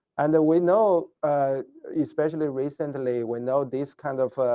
and we know especially recently we know this kind of